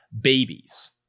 babies